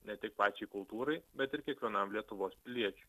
ne tik pačiai kultūrai bet ir kiekvienam lietuvos piliečiui